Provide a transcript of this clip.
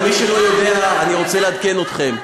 למי שלא יודע, אני רוצה לעדכן אתכם.